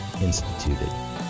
instituted